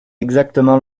exactement